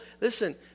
Listen